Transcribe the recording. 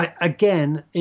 again